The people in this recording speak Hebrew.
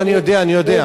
לא, אני יודע, אני יודע.